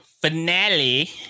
finale